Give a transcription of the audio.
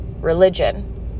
religion